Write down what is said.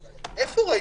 אין אושר.